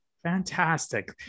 fantastic